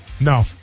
No